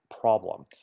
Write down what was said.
problem